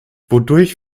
wodurch